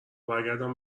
برگردم